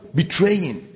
betraying